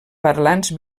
parlants